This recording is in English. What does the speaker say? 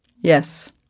Yes